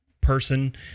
person